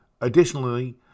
Additionally